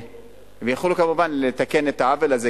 ויוכלו, כמובן, לתקן את העוול הזה.